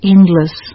Endless